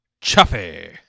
Chuffy